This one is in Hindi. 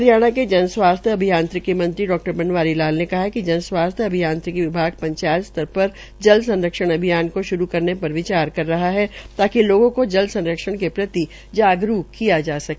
हरियाणा के जनस्वास्थय अभियान्त्रिकी मंत्री डा बनवारी लाल ने कहा कि जनस्वास्थ्य अभियांत्रिकी विभाग पंचायत स्तर पर जल सरंक्षण अभियान को शुरू करने पर विचार कर रहा है तोकि से लोगों को जल सरंक्षण के प्रति जागरूक किया जा सके